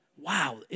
Wow